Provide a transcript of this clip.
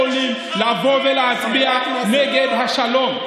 אתם לא יכולים לבוא ולהצביע נגד השלום.